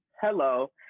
Hello